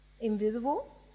invisible